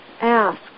ask